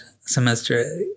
semester